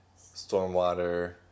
stormwater